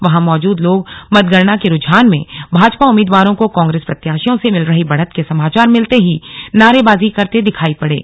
वहां मौजूद लोग मतगणना के रुझान में भाजपा उम्मीदवारों को कांग्रेस प्रत्याशियों से मिल रही बढ़त के समाचार मिलते ही नारेबाजी करते दिखाई पड़े